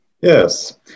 Yes